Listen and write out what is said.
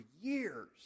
years